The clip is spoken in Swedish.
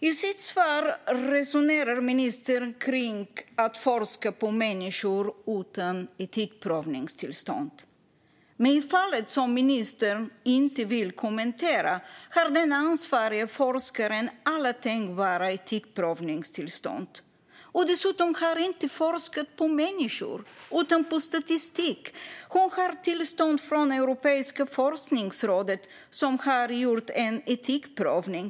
I sitt svar resonerar ministern kring att forska på människor utan etikprövningstillstånd. I fallet som ministern inte vill kommentera har den ansvariga forskaren alla tänkbara etikprövningstillstånd. Dessutom har hon inte forskat på människor utan på statistik. Hon har tillstånd från Europeiska forskningsrådet, som har gjort en etikprövning.